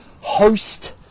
host